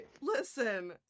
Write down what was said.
Listen